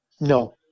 No